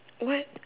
what